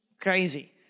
Crazy